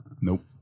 Nope